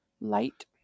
Light